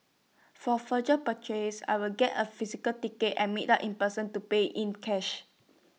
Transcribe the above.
for future purchases I will get A physical ticket and meet up in person to pay in cash